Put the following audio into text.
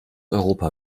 europa